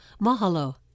Mahalo